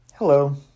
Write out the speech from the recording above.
Hello